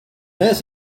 earth